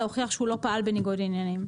להוכיח שהוא לא פעל בניגוד עניינים.